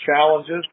challenges